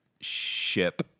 ship